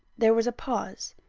there was a pause.